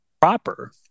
proper